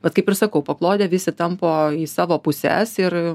vat kaip ir sakau paklodę visi tampo į savo puses ir